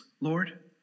Lord